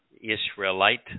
Israelite